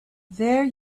there